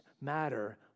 matter